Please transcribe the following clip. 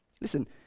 Listen